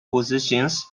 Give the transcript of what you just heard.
positions